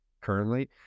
currently